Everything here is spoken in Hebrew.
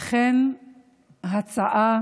אכן הצעה